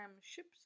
ships